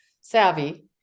savvy